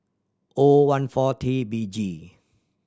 O one four T B G